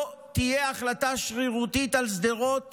לא תהיה החלטה שרירותית על שדרות